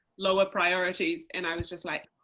lower priorities and i was just like,